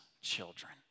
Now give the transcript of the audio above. children